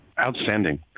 Outstanding